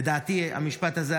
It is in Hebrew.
לדעתי המשפט הזה,